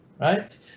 right